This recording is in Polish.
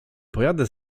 pojadę